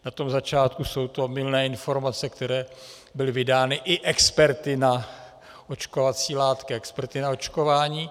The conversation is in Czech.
Na začátku jsou to mylné informace, které byly vydány i experty na očkovací látky a experty na očkování.